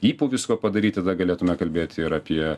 ypu visko padaryt tada galėtume kalbėti ir apie